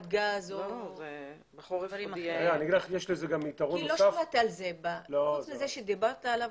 אני לא שמעתי על הפרויקט הזה אלא רק עכשיו עת דיברת על זה.